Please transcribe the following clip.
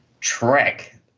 Track